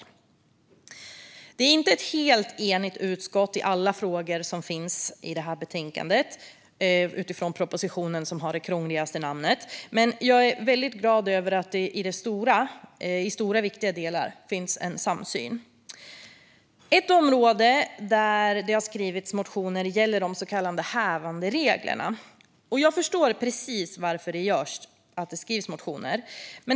Utskottet är inte helt enigt i alla frågor som behandlas i detta betänkande, utifrån propositionen som har det krångligaste namnet, men jag är väldigt glad över att det i stora och viktiga delar finns en stor samsyn. Ett område där det har skrivits motioner gäller de så kallade hävandereglerna. Jag förstår precis varför det har skrivits motioner om detta.